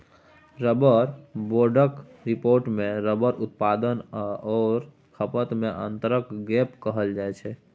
rubber बोर्डक रिपोर्टमे rubber उत्पादन आओर खपतमे अन्तरक गप कहल गेल